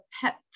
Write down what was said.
pet